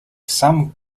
some